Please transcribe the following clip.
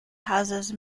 houses